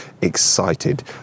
excited